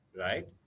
right